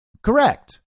Correct